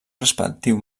respectiu